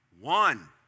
One